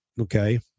okay